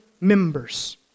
members